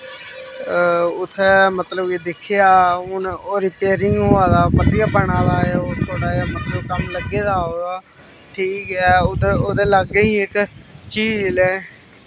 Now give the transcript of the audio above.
उत्थै मतलब कि दिक्खेआ हून ओह् रिपेयरिंग होआ दा परतियै बना दा ओह् थोह्ड़ा देआ मतलब कम्म लग्गे दा ओह्दा ठीक ऐ ओह्दे लाग्गे ही इक झील ऐ